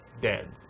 dead